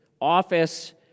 office